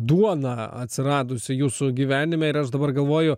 duona atsiradusi jūsų gyvenime ir aš dabar galvoju